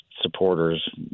supporters